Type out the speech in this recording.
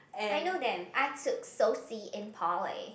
I know them I took socio in poly